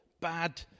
bad